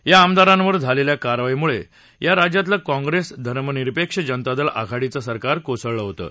या आमदारांवर झालेल्या कारवाईमुळे या राज्यातलं काँग्रेस धर्मनिरपेक्ष जनता दल आघाडीचं सरकार कोसळलं होतं